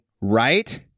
right